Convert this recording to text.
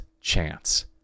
chance